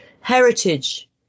heritage